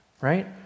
right